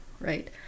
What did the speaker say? right